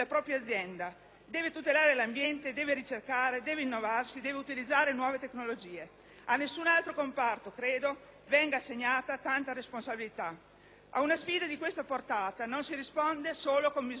tutelare l'ambiente, ricercare, innovarsi ed utilizzare nuove tecnologie. A nessun altro comparto credo venga assegnata tanta responsabilità. Ad una sfida di questa portata non si risponde solo con misure tampone,